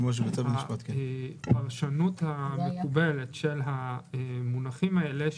הפרשנות המקובלת של המונחים האלה,